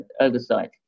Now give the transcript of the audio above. oversight